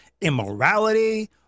immorality